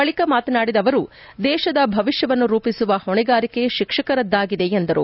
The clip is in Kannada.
ಬಳಕ ಮಾತನಾಡಿದ ಅವರು ದೇಶದ ಭವಿಷ್ಠವನ್ನು ರೂಪಿಸುವ ಹೊಣೆಗಾರಿಕೆ ಶಿಕ್ಷಕರದ್ದಾಗಿದೆ ಎಂದರು